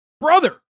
Brother